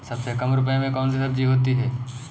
सबसे कम रुपये में कौन सी सब्जी होती है?